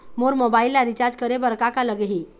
मोर mobile ला recharge करे बर का का लगही?